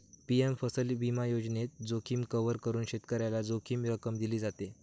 PM फसल विमा योजनेत, जोखीम कव्हर करून शेतकऱ्याला जोखीम रक्कम दिली जाते